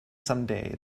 someday